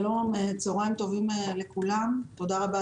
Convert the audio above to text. שלום לכולם, תודה על